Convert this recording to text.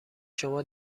شما